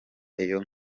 iyo